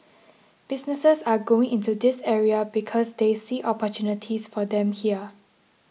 businesses are going into this area because they see opportunities for them here